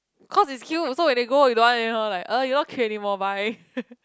cause it's cute so when they grow old you don't want anymore like ugh you're not cute anymore bye